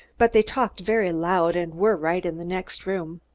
but they talked very loud and were right in the next room.